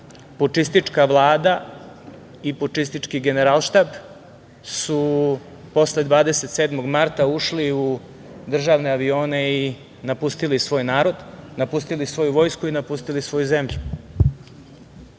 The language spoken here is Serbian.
pučistička vlada i pučistički generalštab su posle 27. marta ušli u državne avione i napustili svoj narod, napustili svoju vojsku i napustili svoju